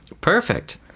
Perfect